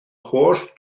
holl